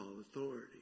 authority